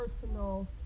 personal